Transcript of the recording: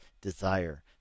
desire